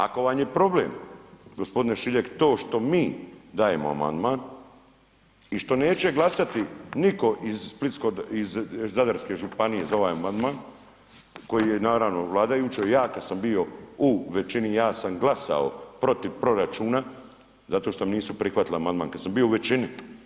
Ako vam je problem, g. Šiljeg to što mi dajemo amandman i što neće glasati nitko iz splitsko, iz Zadarske županije za ovaj amandman koji je, naravno, vladajućoj, ja kad sam bio u većini, ja sam glasao protiv proračuna zato što mi nisu prihvatili amandman, kad sam bio u većini.